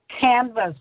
canvas